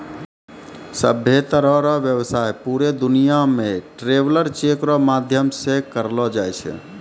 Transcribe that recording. सभ्भे तरह रो व्यवसाय पूरे दुनियां मे ट्रैवलर चेक रो माध्यम से करलो जाय छै